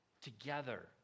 Together